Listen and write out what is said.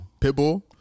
Pitbull